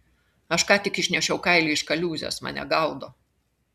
aš ką tik išnešiau kailį iš kaliūzės mane gaudo